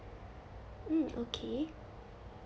mm okay